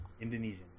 Indonesian